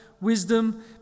wisdom